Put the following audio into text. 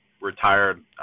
retired